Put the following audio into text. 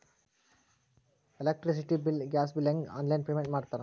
electricity bill gas bill ಹೆಂಗ online payment ಮಾಡ್ತಾರಾ